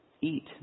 Eat